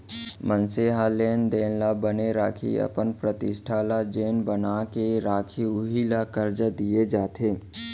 मनसे ह लेन देन ल बने राखही, अपन प्रतिष्ठा ल जेन बना के राखही उही ल करजा दिये जाथे